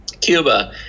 Cuba